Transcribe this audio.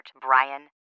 Brian